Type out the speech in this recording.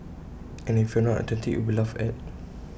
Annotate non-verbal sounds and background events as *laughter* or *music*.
and if you are not authentic you will be laughed at *noise*